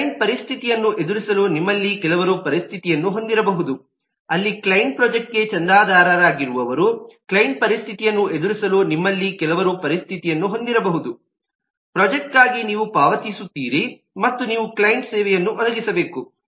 client ಪರಿಸ್ಥಿತಿಯನ್ನು ಎದುರಿಸಲು ನಿಮ್ಮಲ್ಲಿ ಕೆಲವರು ಪರಿಸ್ಥಿತಿಯನ್ನು ಹೊಂದಿರಬಹುದು ಅಲ್ಲಿ ಕ್ಲೈಂಟ್ ಪ್ರೊಜೆಕ್ಟ್ಗೆ ಚಂದಾದಾರರಾಗಿರುವರು ಕ್ಲೈಂಟ್ ಪರಿಸ್ಥಿತಿಯನ್ನು ಎದುರಿಸಲು ನಿಮ್ಮಲ್ಲಿ ಕೆಲವರು ಪರಿಸ್ಥಿತಿಯನ್ನು ಹೊಂದಿರಬಹುದು ಪ್ರೊಜೆಕ್ಟ್ಗಾಗಿ ನೀವು ಪಾವತಿಸುತ್ತೀರಿ ಮತ್ತು ನೀವು ಕ್ಲೈಂಟ್ಗೆ ಸೇವೆಯನ್ನು ಒದಗಿಸಬೇಕು